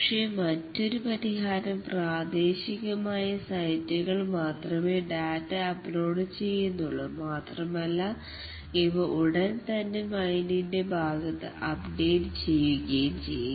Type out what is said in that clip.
പക്ഷേ മറ്റൊരു പരിഹാരം പ്രാദേശികമായി സൈറ്റുകൾ മാത്രമേ ഡാറ്റ അപ്ലോഡ് ചെയ്യുന്നുള്ളൂ മാത്രമല്ല ഇവ ഉടൻതന്നെ മൈനിന്റെ ഭാഗത്ത് അപ്ഡേറ്റ് ചെയ്യുകയും ചെയ്യും